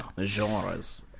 genres